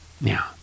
Now